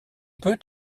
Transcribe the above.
peut